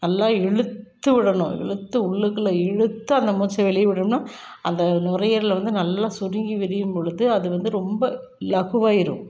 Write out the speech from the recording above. நல்லா இழுத்து விடணும் இழுத்து உள்ளுக்குள்ளே இழுத்து அந்த மூச்சை வெளிய விட்டோம்னால் அந்த நுரையீரலை வந்து நல்லா சுருங்கி விரியும் பொழுது அது வந்து ரொம்ப இலகுவாயிடும்